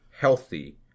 healthy